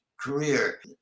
career